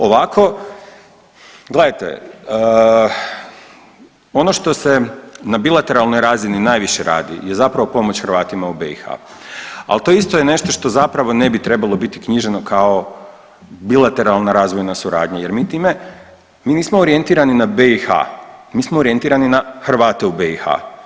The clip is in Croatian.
Ovako, gledajte ono što se na bilateralnoj razini najviše radi je zapravo pomoć Hrvatima u BiH, ali to isto je nešto što zapravo ne bi trebalo biti knjiženo kao bilateralna razvojna suradnja jer mi time, mi nismo orijentirani na BiH, mi smo orijentirani na Hrvate u BiH.